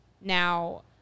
Now